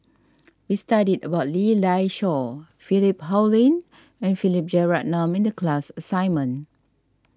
we studied about Lee Dai Soh Philip Hoalim and Philip Jeyaretnam in the class assignment